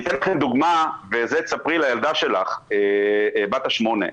אתן דוגמה, כדי שתספרי לילדה שלך בת ה-8,